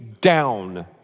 down